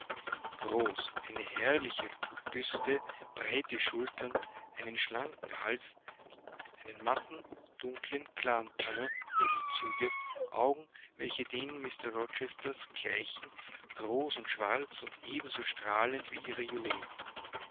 groß eine berrliche büste breite schultern einen schlanken hals einen matten dunklen klaren teint edle züge augen welche denen mr rochesters gleichen groß und schwarz und ebenso strahlend wie ihre juwelen